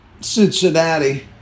Cincinnati